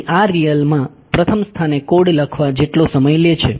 તેથી આ રીયલમાં પ્રથમ સ્થાને કોડ લખવા જેટલો સમય લે છે